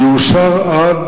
יאושר עד